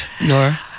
Nora